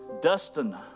Dustin